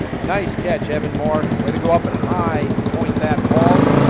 nice catch evan moore. way to go up and high point that ball.